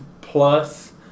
plus